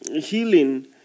healing